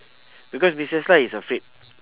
because missus lai is afraid